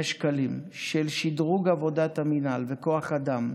שקלים של שדרוג עבודת המינהל וכוח האדם,